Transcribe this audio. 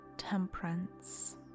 Temperance